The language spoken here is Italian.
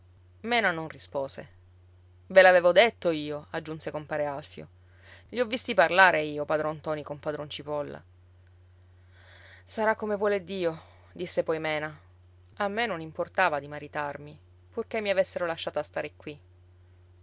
mena non rispose ve l'avevo detto io aggiunse compare lfio i ho visti parlare io padron ntoni con padron cipolla sarà come vuole dio disse poi mena a me non importava di maritarmi purché mi avessero lasciata stare qui